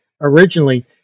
originally